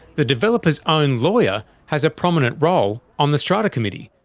the developer's own lawyer has a prominent role on the strata committee,